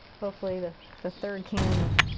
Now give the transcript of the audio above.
hopefully the the third cam is.